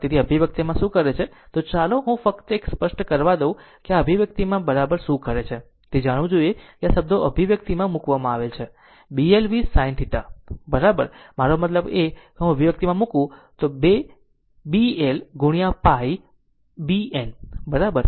તેથી આ અભિવ્યક્તિમાં શું કરે છે ચાલો હું ફક્ત તે સ્પષ્ટ કરવા દઉં કે આ અભિવ્યક્તિમાં બરાબર શું કરે છે તે જાણવું જોઈએ કે આ શબ્દો અભિવ્યક્તિમાં મૂકવામાં આવે છે બલ sin I બરાબર છે મારો મતલબ કે જો હું આ અભિવ્યક્તિમાં મૂકું તો 2 Bl into π B n છે બરાબર